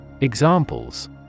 Examples